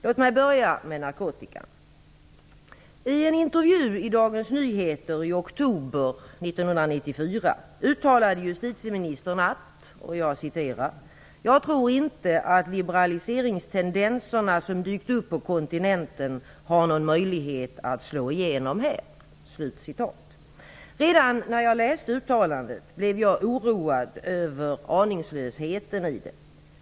Låt mig börja med narkotikan. I en intervju i Dagens Nyheter i oktober 1994 uttalade justitieministern: "Jag tror inte att liberaliseringstendenserna som dykt upp på kontinenten har någon möjlighet att slå igenom här." Redan när jag läste uttalandet blev jag oroad över aningslösheten i det.